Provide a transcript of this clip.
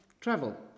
travel